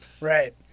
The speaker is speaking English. right